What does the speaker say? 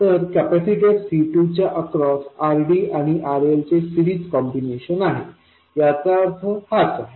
तर कॅपेसिटर C2च्या अक्रॉस RDआणि RL चे सिरीज कॉम्बिनेशन आहे आणि याचा अर्थ हाच आहे